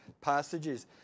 passages